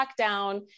lockdown